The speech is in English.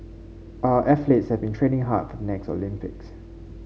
our athletes have been training hard for next Olympics